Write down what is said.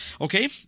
okay